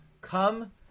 Come